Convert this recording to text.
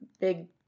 big